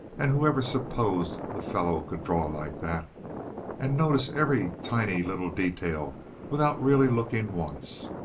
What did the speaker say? and whoever supposed the fellow could draw like that and notice every tiny little detail without really looking once?